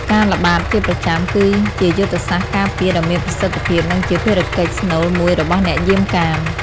ការល្បាតជាប្រចាំគឺជាយុទ្ធសាស្ត្រការពារដ៏មានប្រសិទ្ធភាព និងជាភារកិច្ចស្នូលមួយរបស់អ្នកយាមកាម។